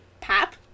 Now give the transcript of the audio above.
pap